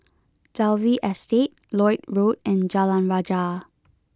Dalvey Estate Lloyd Road and Jalan Rajah